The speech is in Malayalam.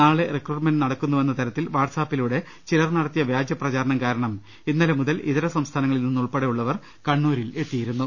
നാളെ റിക്രൂട്ട്മെന്റ് നടക്കുന്നുവെന്ന തരത്തിൽ വാട്സ്ആപ്പിലൂടെ ചിലർ നട ത്തിയ വ്യാജപ്രചാരണം കാരണം ഇന്നലെ മുതൽ ഇതര സംസ്ഥാനങ്ങളിൽ നിന്ന് ഉൾപെടെ ഉള്ളവർ കണ്ണൂരിൽ എത്തിയിരുന്നു